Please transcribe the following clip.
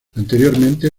anteriormente